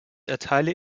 erteile